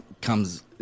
comes